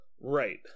Right